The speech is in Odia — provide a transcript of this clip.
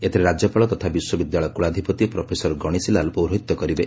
ଏଥିରେ ରାଜ୍ୟପାଳ ତଥା ବିଶ୍ୱବିଦ୍ୟାଳୟ କୁଳାଧ୍ପତି ପ୍ରଫେସର ଗଣେଶୀଲାଲ ପୌରୋହିତ୍ୟ କରିବେ